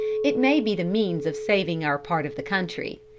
it may be the means of saving our part of the country.